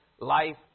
life